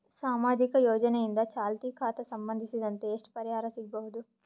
ಸಾಮಾಜಿಕ ಯೋಜನೆಯಿಂದ ಚಾಲತಿ ಖಾತಾ ಸಂಬಂಧಿಸಿದಂತೆ ಎಷ್ಟು ಪರಿಹಾರ ಸಿಗಬಹುದು?